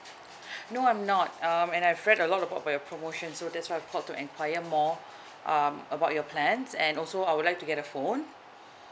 no I'm not um and I have read a lot about your promotion so that's why I call to enquire more um about your plans and also I would like to get a phone